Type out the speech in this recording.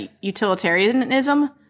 utilitarianism